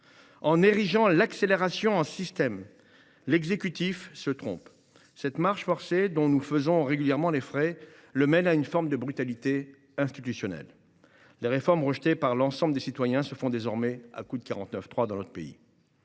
En érigeant l’accélération en système, l’exécutif se trompe. Cette marche forcée, dont nous faisons régulièrement les frais, le mène à une forme de brutalité institutionnelle. Les réformes rejetées par l’ensemble des citoyens se font désormais à coup de 49.3. Pour la